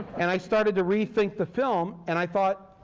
and i started to rethink the film, and i thought,